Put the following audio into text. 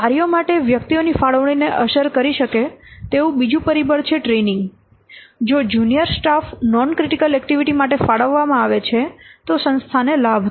કાર્યો માટે વ્યક્તિઓની ફાળવણીને અસર કરી શકે તેવું બીજું પરિબળ છે ટ્રેનિંગ જો junior staff non critical activity માટે ફાળવવામાં આવે છે તો સંસ્થાને લાભ થશે